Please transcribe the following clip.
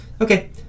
okay